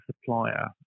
supplier